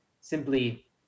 simply